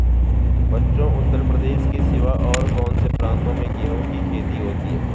बच्चों उत्तर प्रदेश के सिवा और कौन से प्रांतों में गेहूं की खेती होती है?